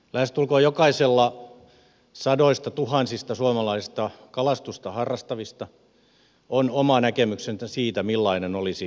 lähestulkoon jokaisella sadoistatuhansista suomalaisista kalastusta harrastavista on oma näkemyksensä siitä millainen olisi hyvä kalastuslaki